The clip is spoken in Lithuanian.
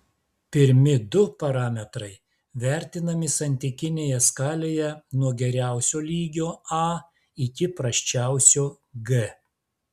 pirmi du parametrai vertinami santykinėje skalėje nuo geriausio lygio a iki prasčiausio g